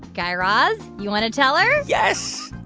guy raz, you want to tell her? yes.